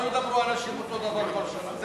לא ידברו אנשים אותו דבר כל שנה.